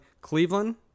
Cleveland